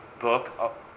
book